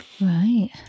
Right